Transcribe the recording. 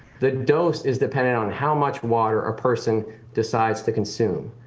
that dose is dependent on how much water a person decides to consume.